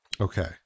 Okay